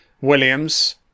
williams